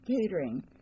catering